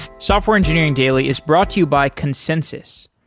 software engineering daily is brought to you by consensys.